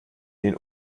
den